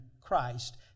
Christ